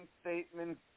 Statement